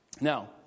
Now